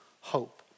hope